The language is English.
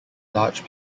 large